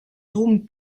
dôme